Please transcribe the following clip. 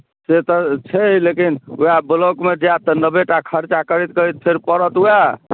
से तऽ छै लेकिन उएह ब्लॉकमे जायब तऽ नब्बे टा खर्चा करैत करैत फेर पड़त उएह